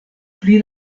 pli